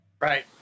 right